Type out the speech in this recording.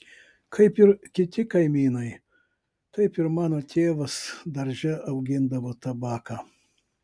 kaip ir kiti kaimynai taip ir mano tėvas darže augindavo tabaką